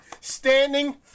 Standing